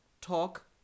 talk